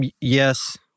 Yes